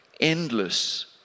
endless